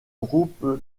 groupe